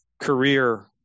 career